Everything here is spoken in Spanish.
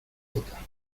brota